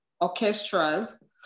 orchestras